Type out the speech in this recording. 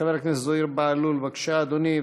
חבר הכנסת זוהיר בהלול, בבקשה, אדוני.